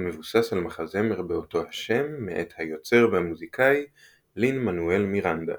המבוסס על מחזמר באותו השם מאת היוצר והמוזיקאי לין-מנואל מירנדה.